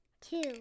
two